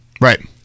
Right